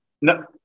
No